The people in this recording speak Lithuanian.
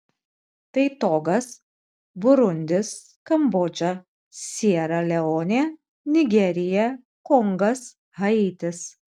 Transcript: tai togas burundis kambodža siera leonė nigerija kongas haitis